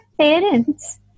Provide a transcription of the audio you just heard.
parents